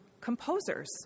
composers